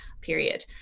period